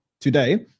today